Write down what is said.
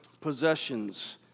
possessions